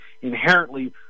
inherently